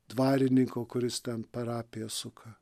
dvarininko kuris ten parapiją suka